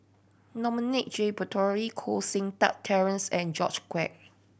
Dominic J Puthucheary Koh Seng Kiat Terence and George Quek